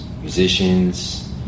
musicians